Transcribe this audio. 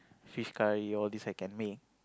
fish curry all these I can make